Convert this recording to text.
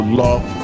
love